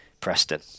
Preston